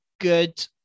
good